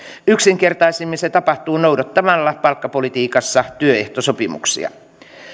yksinkertaisimmin se tapahtuu noudattamalla palkkapolitiikassa työehtosopimuksia